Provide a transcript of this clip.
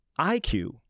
IQ